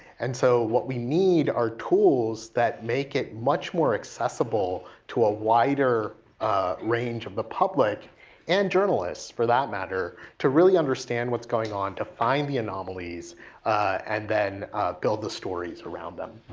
and so what we need are tools that make it much more accessible to a wider range of the public and journalists for that matter to really understand what's going on, to find the anomalies and then build the stories around them.